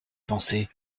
penser